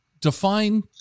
define